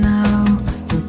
Now